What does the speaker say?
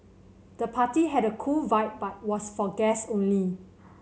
the party had a cool vibe but was for guest only